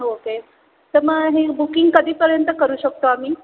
okay तर मग हे बुकिंग कधीपर्यंत करू शकतो आम्ही